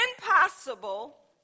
impossible